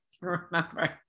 remember